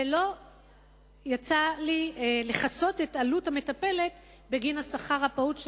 ולא כיסיתי את עלות המטפלת בגין השכר הפעוט,